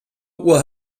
will